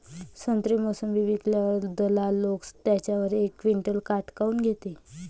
संत्रे, मोसंबी विकल्यावर दलाल लोकं त्याच्यावर एक क्विंटल काट काऊन घेते?